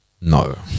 No